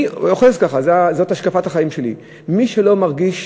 אני אוחז ככה, וזו השקפת החיים שלי: מי שלא מרגיש